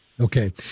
Okay